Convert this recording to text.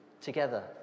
together